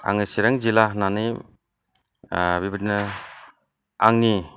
आङो चिरां जिल्ला होननानै बिबायदिनो आंनि